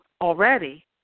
already